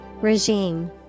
Regime